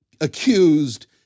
accused